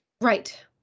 Right